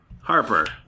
Harper